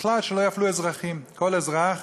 בכלל, שלא יפלו אזרחים, כל אזרח